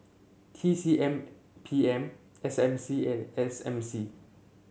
T C M P M S M C and S M C